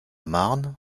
marne